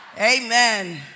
Amen